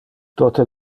tote